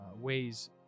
ways